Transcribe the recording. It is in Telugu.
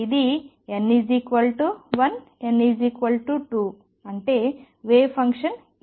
ఇది n 1 n 2 అప్పుడు వేవ్ ఫంక్షన్ ఇలా కనిపిస్తుంది